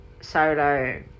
Solo